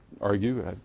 argue